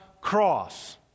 cross